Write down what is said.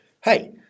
hey